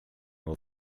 will